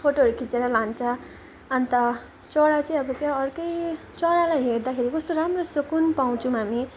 फोटोहरू खिचेर लान्छ अन्त चरा चाहिँ अब क्या अर्कै चरालाई हेर्दाखेरि कस्तो राम्रो सुकुन पाउँछौँ हामी